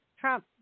Trump